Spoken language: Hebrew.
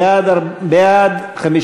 בעד,